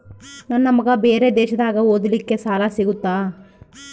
ನನ್ನ ಮಗ ಬೇರೆ ದೇಶದಾಗ ಓದಲಿಕ್ಕೆ ಸಾಲ ಸಿಗುತ್ತಾ?